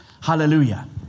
Hallelujah